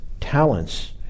talents